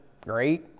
great